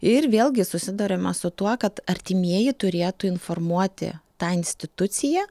ir vėlgi susiduriama su tuo kad artimieji turėtų informuoti tą instituciją